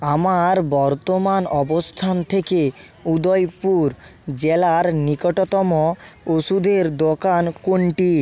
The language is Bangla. আমার বর্তমান অবস্থান থেকে উদয়পুর জেলার নিকটতম ওষুধের দোকান কোনটি